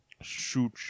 shoot